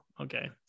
okay